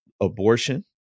abortion